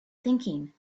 thinking